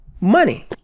money